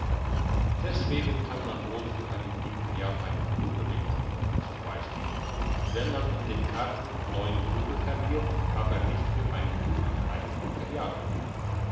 deswegen kann man wohl für einen imperial einen rubel bekommen zum beispiel wenn man in den karten neun rubel verliert aber nicht für einen rubel einen imperial